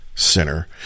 Center